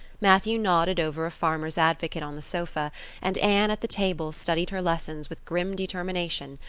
matthew nodded over a farmers' advocate on the sofa and anne at the table studied her lessons with grim determination,